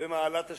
במעלת השתיקה.